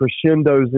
crescendos